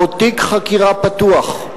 או תיק חקירה פתוח,